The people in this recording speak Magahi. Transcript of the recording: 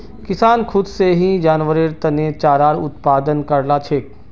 किसान खुद से ही जानवरेर तने चारार उत्पादन करता छे